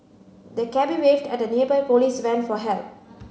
the cabby waved at a nearby police van for help